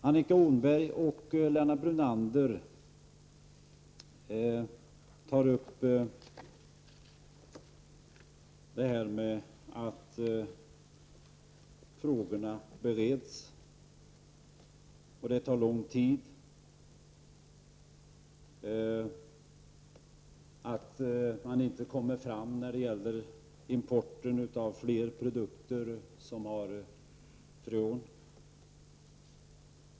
Annika Åhnberg och Lennart Brunander tycker att provernas beredning tar lång tid, att man inte kommer framåt när det gäller importen av fler produkter som innehåller freon.